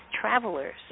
travelers